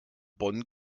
bonn